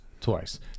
twice